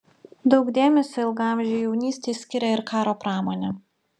daug dėmesio ilgaamžei jaunystei skiria ir karo pramonė